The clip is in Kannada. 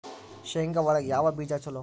ಶೇಂಗಾ ಒಳಗ ಯಾವ ಬೇಜ ಛಲೋ?